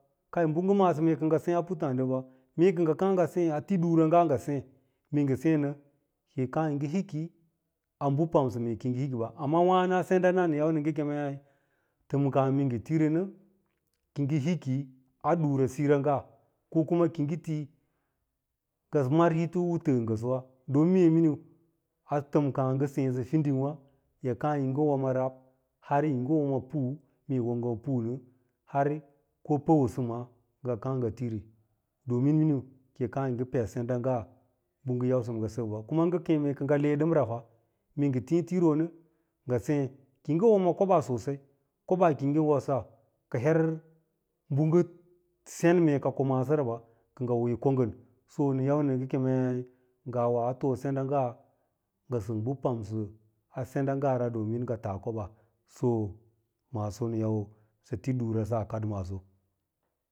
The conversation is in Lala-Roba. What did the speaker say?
Kai bɚ ngɚ ma’asɚ kɚ ngɚ kàà ngɚ sêê a puttààɗiwaba mee kɚ ngɚ kàà ngɚ sêê, a ti ɗira’nga ngɚ sêê ki yi ngɚ hiki a bɚ yi pamsɚ kiyi ngɚ hikɓa, ama wàno a sendana nɚn yau ngɚ kemei, tɚmkà mee ngɚ tirinɚ ki yi hiki aɗurasira’nga, ko kuma ki yi ti ngɚ mar hito u tɚɚ ngɚ sɚwa, ɗon mee miniu a tɚmkà ngɚ sêêsɚ fiding wà, ki yi kàà yi ngɚ woma rab har yi woma nu, meeyi wo ngɚ ma punɚ har yi ngɚn woka puwɚsama kɚ ngɚ kàà ngɚ tiri, ki yi kàà yi ngɚ peɗ senda ‘nga pɚ bɚ ngɚn yausɚ kɚ sɚkɓa, keme kɚ ngɚ le ɗɚmra fa mee ngɚ tii tironɚ ngɚ sêê ki ngɚ woma koɓaa sosai, koɓaa ki yi ngɚn wosa ka ner bɚ ngɚn cen mee ka ko maasora, ngɚ hoo yi ko ngɚn so nɚn yau nɚ sɚ kemei ngawa a too sendalnga bɚ pamsɚ a senda’ngaraɓa domin ngɚ taa koɓaa, so maaso nɚ yau ngɚ tu ɗura, nga akaɗmaso.